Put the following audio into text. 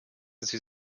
sie